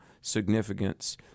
significance